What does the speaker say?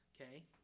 Okay